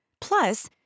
Plus